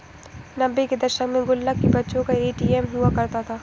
नब्बे के दशक में गुल्लक ही बच्चों का ए.टी.एम हुआ करता था